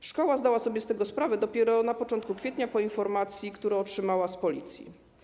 W szkole zdano sobie z tego sprawę dopiero na początku kwietnia, po informacji, którą otrzymano z policji.